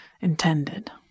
intended